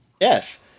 Yes